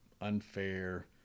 unfair